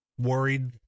worried